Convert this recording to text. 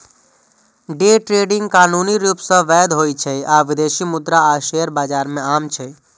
day trading कानूनी रूप सं वैध होइ छै आ विदेशी मुद्रा आ शेयर बाजार मे आम छै